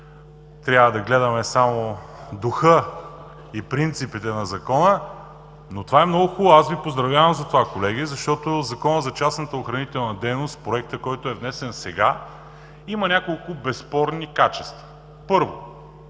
трябва да гледаме само духа и принципите на Закона. Но това е много хубаво, аз Ви поздравявам за това, колеги, защото Законът за частната охранителна дейност, който е внесен сега, има няколко безспорни качества. Първо,